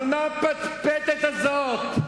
אבל מה הפטפטת הזאת?